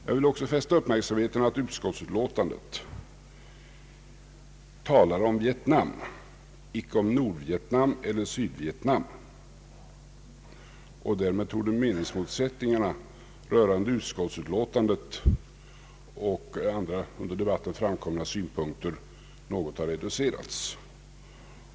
Jag vill också fästa uppmärksamheten på att det i utlåtandet talas om Vietnam — alltså icke om Nordvietnam eller Sydvietnam — och därmed torde meningsmotsättningarna rörande utskottsutlåtandet och andra under debatten framkomna synpunkter ha reducerats.